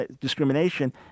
discrimination